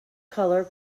color